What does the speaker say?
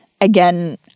Again